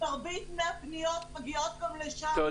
מרבית מהפניות מגיעות גם לשם.